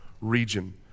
region